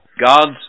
God's